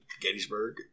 Gettysburg